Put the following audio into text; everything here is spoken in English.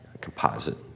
composite